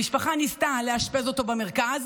המשפחה ניסתה לאשפז אותו במרכז,